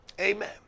Amen